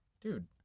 dude